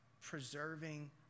preserving